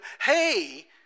hey